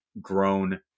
grown